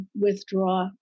withdraw